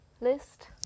list